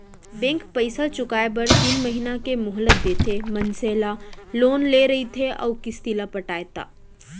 bank पइसा चुकाए बर तीन महिना के मोहलत देथे मनसे ला लोन ले रहिथे अउ किस्ती ल पटाय ता